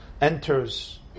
enters